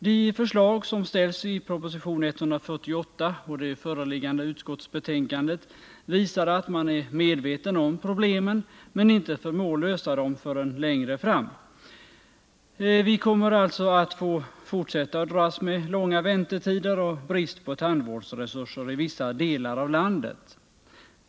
De förslag som ställts i proposition 148 och det föreliggande utskottsbetänkandet visar att man är medveten om problemen men inte förmår lösa dem förrän längre fram. Vi kommer alltså att få fortsätta att dras med långa väntetider och brist på tandvårdsresurser i vissa delar av landet.